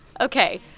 Okay